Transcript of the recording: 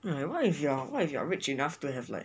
like what if you are what if you are rich enough to have like